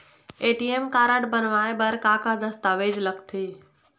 ATM card बनवाए बर का का दस्तावेज लगथे?